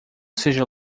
seja